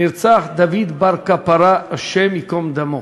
נרצח דוד בר קפרא, השם ייקום דמו,